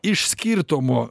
iš skirtumo